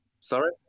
Sorry